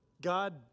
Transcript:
God